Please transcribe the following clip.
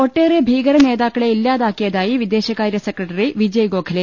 ഒട്ടേറെ ഭീകര നേതാക്കളെ ഇല്ലാതാക്കിയതായി വിദേശകാര്യ സെക്രട്ടറി വിജയ് ഗോഖലെ